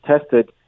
tested